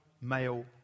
male